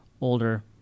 older